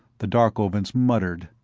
the darkovans muttered.